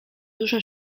dużo